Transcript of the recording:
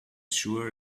sure